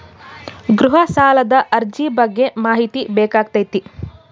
ಗೃಹ ಸಾಲದ ಅರ್ಜಿ ಬಗ್ಗೆ ಮಾಹಿತಿ ಬೇಕಾಗೈತಿ?